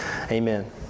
Amen